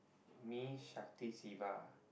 me Shakti siva